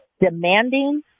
demanding